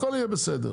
הכל יהיה בסדר.